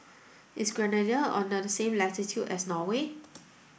is Grenada on that same latitude as Norway